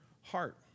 heart